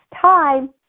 time